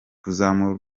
kuzamura